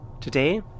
Today